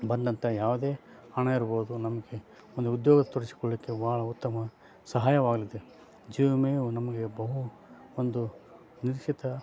ಬಂದಂಥ ಯಾವುದೇ ಹಣ ಇರ್ಬೋದು ನಮಗೆ ಒಂದು ಉದ್ಯೋಗ ತೊಡಗಿಸಿಕೊಳ್ಲಿಕ್ಕೆ ಭಾಳ ಉತ್ತಮ ಸಹಾಯವಾಗಲಿದೆ ಜೀವ ವಿಮೆಯು ನಮಗೆ ಬಹು ಒಂದು ನಿರ್ಶಿತ